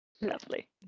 Lovely